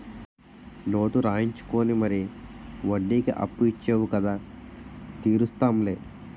note రాయించుకుని మరీ వడ్డీకి అప్పు ఇచ్చేవు కదా తీరుస్తాం లే